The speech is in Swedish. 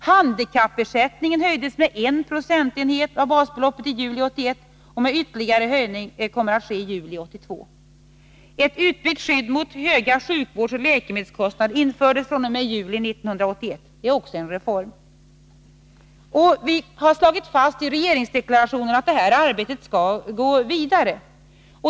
Handikappersättningen höjdes med 1 96 av basbeloppet juli 1981, och en ytterligare höjning kommer att ske i juli 1982. Ett utbyggt skydd mot höga sjukvårdsoch läkemedelskostnader infördes fr.o.m. juli 1981. Det är också en reform. Vi har slagit fast i regeringsdeklarationer att detta arbete skall gå vidare.